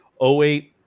08